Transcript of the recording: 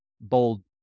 bold